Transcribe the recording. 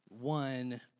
one